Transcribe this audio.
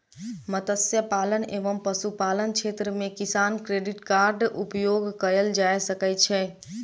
मत्स्य पालन एवं पशुपालन क्षेत्र मे किसान क्रेडिट कार्ड उपयोग कयल जा सकै छै